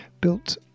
built